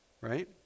Right